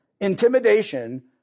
intimidation